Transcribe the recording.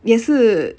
也是